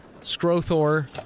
Scrothor